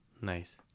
Nice